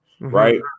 right